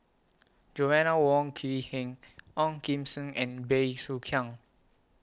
Joanna Wong Quee Heng Ong Kim Seng and Bey Soo Khiang